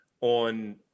on